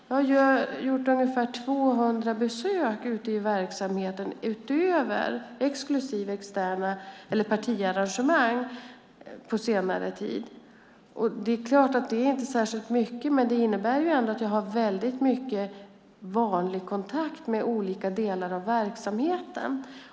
Jag har gjort ungefär 200 besök ute i verksamheten, utöver partiarrangemang, på senare tid. Det är klart att det inte är särskilt mycket, men det innebär ändå att jag har väldigt mycket vanlig kontakt med olika delar av verksamheten.